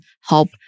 help